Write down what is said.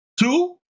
two